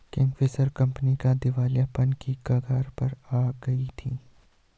Kingfisher company दिवालियापन की कगार पर आ गई थी